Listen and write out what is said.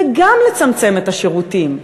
וגם לצמצם את השירותים.